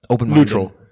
neutral